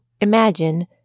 imagine